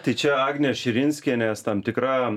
tai čia agnės širinskienės tam tikra